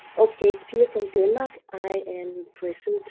okay, it's pia from denmark, i am present